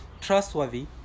trustworthy